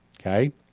okay